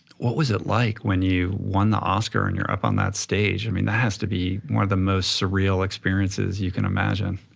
what was it like when you won the oscar and you were up on that stage? i mean, that has to be one of the most surreal experiences you can imagine.